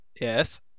Yes